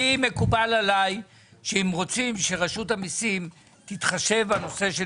מקובל עליי שאם רוצים שרשות המיסים תתחשב בנושא של